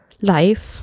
life